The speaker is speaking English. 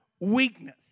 weakness